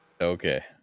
Okay